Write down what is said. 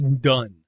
done